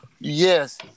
yes